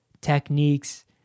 techniques